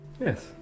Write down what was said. yes